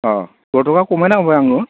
अ बर्थमान खमायना होबाय आङो